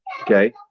Okay